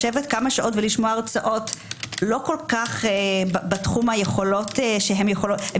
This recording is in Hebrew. לשבת כמה שעות ולשמוע הרצאות לא בתחום היכולות - הם